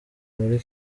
muri